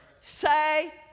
Say